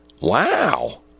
Wow